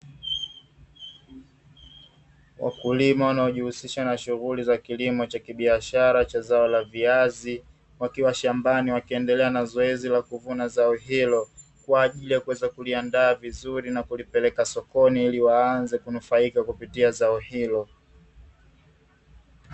Wakulima wanaojihusisha na shughuli za kilimo cha kibiashara cha zao la viazi, wakiwa shambani wakiendelea na zoezi la kuvuna zao hilo kwa ajili ya kuweza kuliandaa vizuri na kulipeleka sokoni, ili waanze kunufaika kupitia zao hilo.